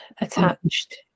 attached